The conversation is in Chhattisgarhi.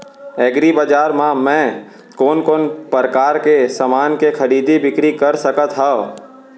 एग्रीबजार मा मैं कोन कोन परकार के समान के खरीदी बिक्री कर सकत हव?